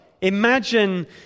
imagine